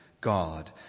God